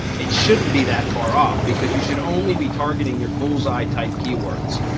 it shouldn't be that far off, because you should only be targeting your bullseye type keywords,